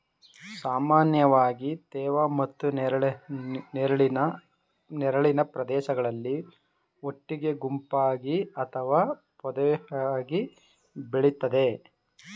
ಸಾಮಾನ್ಯವಾಗಿ ತೇವ ಮತ್ತು ನೆರಳಿನ ಪ್ರದೇಶಗಳಲ್ಲಿ ಒಟ್ಟಿಗೆ ಗುಂಪಾಗಿ ಅಥವಾ ಪೊದೆಯಾಗ್ ಬೆಳಿತದೆ